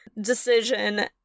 decision